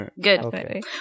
Good